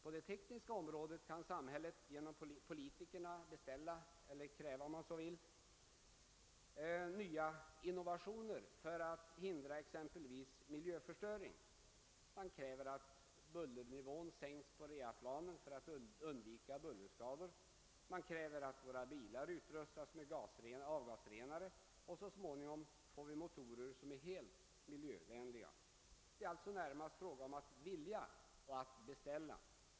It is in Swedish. På det tekniska området kan samhället genom politikerna beställa eller kräva, om man så vill, nya innovationer för att hindra exempelvis miljöförstöring. Man kräver att bullernivån sänks på reaplanen för att undvika bullerskador, man kräver att våra bilar utrustas. med avgasrenare, och så småningom får: vi motorer, som är helt miljövänliga. Det är alltså närmast fråga om att vilja och att beställa.